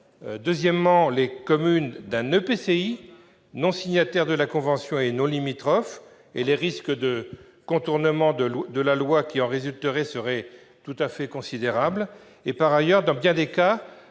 d'autre part, les communes d'un EPCI non signataire de la convention et non limitrophe. Les risques de contournement de la loi qui en résulteraient seraient considérables. Par ailleurs, dans bien des cas,